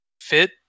fit